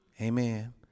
Amen